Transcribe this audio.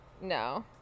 no